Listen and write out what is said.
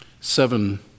Seven